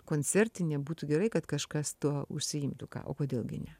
koncertinė būtų gerai kad kažkas tuo užsiimtų ką o kodėl gi ne